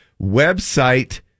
Website